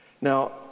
Now